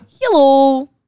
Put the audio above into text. Hello